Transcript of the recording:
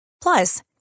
Plus